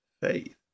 faith